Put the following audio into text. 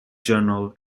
journal